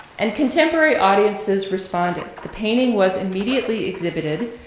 and contemporary audiences responded. the painting was immediately exhibited,